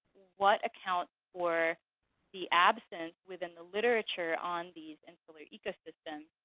what accounts for the absence, within the literature, on these insular ecosystems,